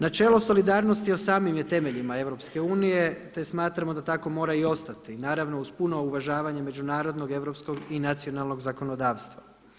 Načelo solidarnosti u samim je temeljima Europske unije te smatramo da tako mora i ostati naravno uz puno uvažavanje međunarodnog, europskog i nacionalnog zakonodavstva.